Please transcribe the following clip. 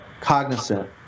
cognizant